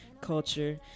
Culture